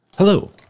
Hello